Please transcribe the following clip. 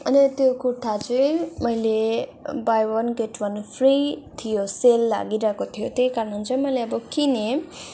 अनि त्यो कुर्ता चाहिँ मैले buy one get one free थियो सेल लागिरहेको थियो त्यही कारण चाहिँ मैले अब किने